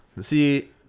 See